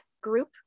group